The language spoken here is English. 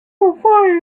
simplifying